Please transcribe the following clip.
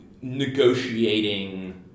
negotiating